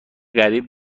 قریب